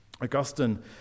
Augustine